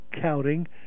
counting